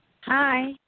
Hi